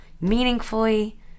meaningfully